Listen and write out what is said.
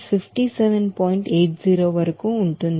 80 వరకు ఉంటుంది